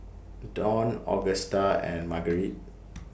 Dawn Agusta and Marguerite